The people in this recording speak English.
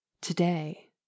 Today